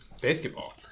Basketball